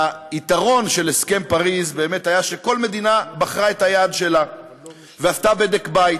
היתרון של הסכם פריז היה שכל מדינה בחרה את היעד שלה ועשתה בדק בית: